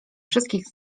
wszystkich